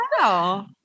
Wow